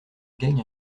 gagne